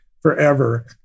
forever